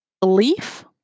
belief